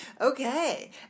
Okay